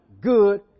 good